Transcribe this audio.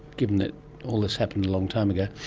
given that all this happened a long time ago,